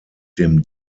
dem